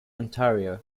ontario